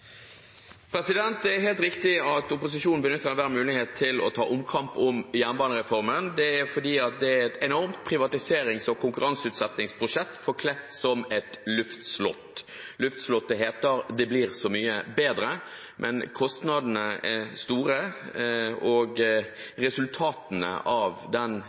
riktig at opposisjonen benytter enhver mulighet til å ta omkamp om jernbanereformen. Det er fordi det er et enormt privatiserings- og konkurranseutsettingsprosjekt forkledd som et luftslott, og luftslottet heter «det blir så mye bedre». Men kostnadene er store, og resultatene av